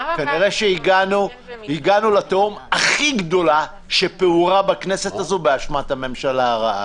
כנראה שהגענו לתהום הכי גדולה שפעורה בכנסת הזאת באשמת הממשלה הרעה